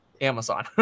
Amazon